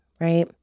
right